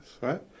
right